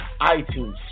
iTunes